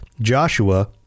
Joshua